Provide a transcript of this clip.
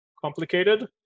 complicated